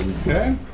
Okay